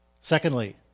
Secondly